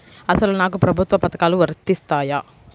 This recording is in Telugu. అసలు నాకు ప్రభుత్వ పథకాలు వర్తిస్తాయా?